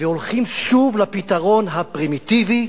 והולכים שוב לפתרון הפרימיטיבי,